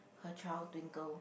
her child Twinkle